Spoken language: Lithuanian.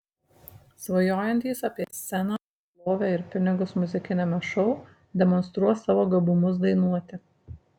svajojantys apie sceną šlovę ir pinigus muzikiniame šou demonstruos savo gabumus dainuoti